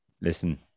listen